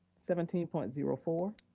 seventeen point zero four.